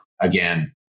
again